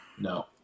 No